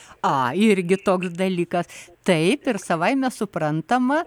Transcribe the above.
a irgi toks dalykas taip ir savaime suprantama